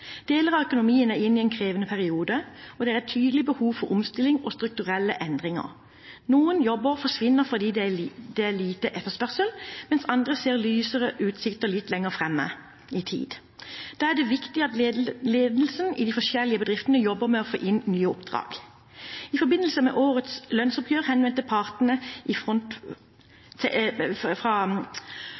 Deler av økonomien er inne i en krevende periode, og det er et tydelig behov for omstilling og strukturelle endringer. Noen jobber forsvinner fordi det er lite etterspørsel, mens andre har lysere utsikter litt lenger fram i tid. Da er det viktig at ledelsen i de forskjellige bedriftene jobber med å få inn nye oppdrag. I forbindelse med årets lønnsoppgjør henvendte partene fra organisasjonene seg til